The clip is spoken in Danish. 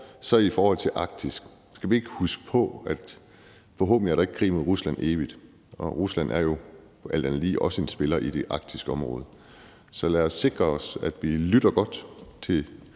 vi i forhold til Arktis ikke huske på, at der forhåbentlig ikke er konflikt med Rusland for evigt, og at Rusland jo alt andet lige også er en spiller i det arktiske område? Så lad os sikre os, at vi lytter godt til